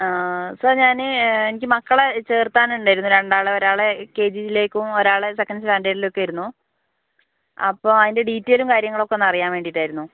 ആ സർ ഞാന് എനിക്ക് മക്കളെ ചേർക്കാൻ ഉണ്ടായിരുന്നു രണ്ട് ആളെ ഒരാളെ എൽകെജിയിലേക്കും ഒരാളെ സെക്കൻഡ് സ്റ്റാൻഡേർഡിലേക്കും ആയിരുന്നു അപ്പോൾ അതിൻ്റെ ഡീറ്റെയിലും കാര്യങ്ങളും അറിയാൻ വേണ്ടിയിട്ടായിരുന്നു